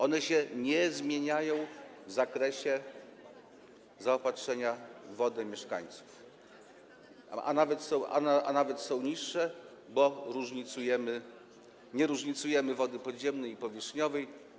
One się nie zmieniają w zakresie zaopatrzenia w wodę mieszkańców, a nawet są niższe, bo nie różnicujemy wody podziemnej i powierzchniowej.